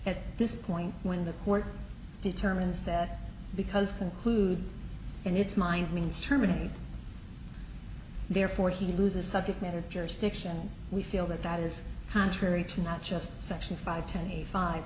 at this point when the court determines that because conclude in its mind means terminate therefore he loses subject matter jurisdiction we feel that that is contrary to not just section five ten eighty five